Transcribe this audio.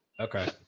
Okay